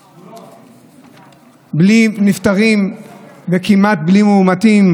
בלי נפטרים וכמעט בלי מאומתים.